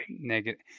negative